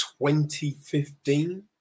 2015